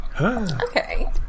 Okay